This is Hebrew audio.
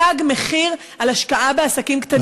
תג מחיר על השקעה בעסקים קטנים.